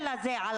הצהיר.